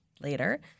later